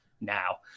now